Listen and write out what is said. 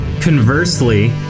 Conversely